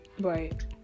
Right